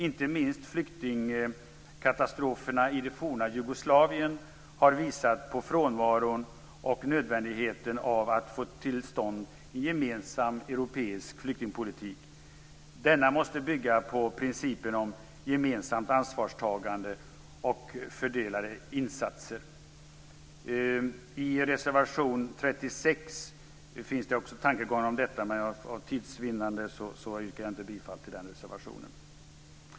Inte minst flyktingkatatroferna i det forna Jugoslavien har visat på frånvaron och nödvändigheten av att få till stånd en gemensam europeisk flyktingpolitik. Denna måste bygga på principen om gemensamt ansvarstagande och fördelade insatser. I reservation 36 finns det också tankegångar om detta, men för tids vinnande yrkar jag inte bifall till den reservationen.